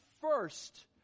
first